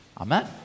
Amen